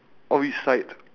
on which side